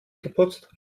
geputzt